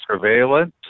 surveillance